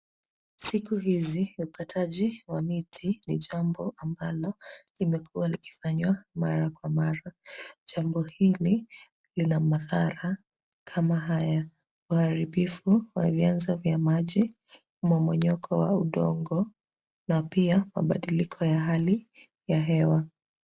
Siku hizi ukataji wa miti ni jambo ambalo limekuwa likifanywa mara kwa mara. Jambo hili lina madhara kama haya; uharibifu wa vianzo vya maji, mmonyoko wa udongo na pia mabadiliko ya hali ya hewa.